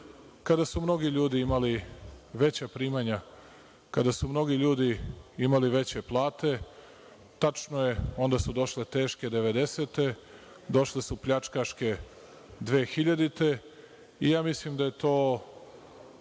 kada su mnogi ljudi imali veća primanja, kada su mnogi ljudi imali veće plate. Tačno je, onda su došle teške devedesete, došle su pljačkaške dvehiljadite. Mislim da je to